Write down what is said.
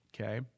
Okay